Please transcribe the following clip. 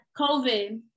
COVID